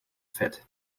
fett